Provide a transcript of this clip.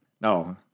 No